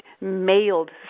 mailed